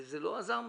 וזה לא עזר מספיק.